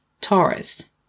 Taurus